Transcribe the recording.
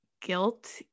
guilt